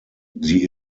sie